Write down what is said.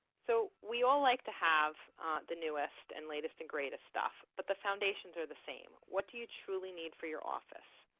so we all like to have the newest and latest and greatest stuff, but the foundations are the same. what do you truly need for your office?